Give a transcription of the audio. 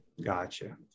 Gotcha